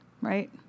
Right